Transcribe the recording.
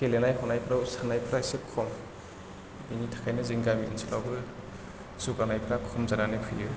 गेलेनाय हनायफ्राव सान्नायफ्रा एसे खम बिनि थाखायनो जों गामि ओनसोलावबो जौगानायफ्रा खम जानानै फैयो